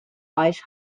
ice